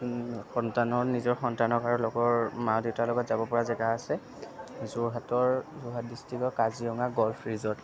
সন্তানৰ নিজৰ সন্তান আৰু লগৰ মা দেউতাৰ লগত যাব পৰা জেগা আছে যোৰহাটৰ যোৰহাট ডিষ্ট্ৰিক্টৰ কাজিৰঙা গল্ফ ৰিজৰ্ট